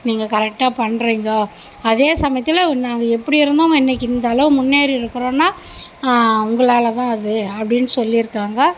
நீங்கள் கரெக்டாக பண்றீங்க அதே சமயத்தில் நாங்கள் எப்படி இருந்தவங்க இன்னைக்கி இந்த அளவு முன்னேறி இருக்கிறோன்னா உங்களால்தான் அது அப்படின்னு சொல்லியிருக்காங்க